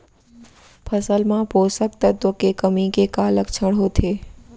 फसल मा पोसक तत्व के कमी के का लक्षण होथे?